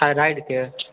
thyroid के